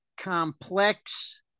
complex